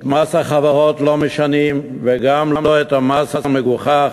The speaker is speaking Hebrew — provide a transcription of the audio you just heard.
את מס החברות לא משנים, וגם לא את המס המגוחך